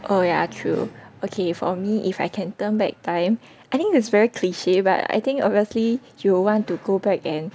oh yeah true okay for me if I can turn back time I think it's very cliche but I think obviously you will want to go back and